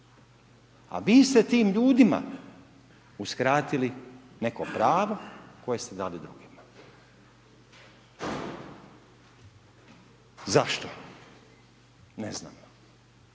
A vi ste tim ljudima uskratili neko pravo koje ste dali drugima. Zašto? Ne znam,